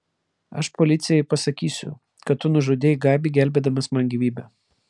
aš policijai pasakysiu kad tu nužudei gabį gelbėdamas man gyvybę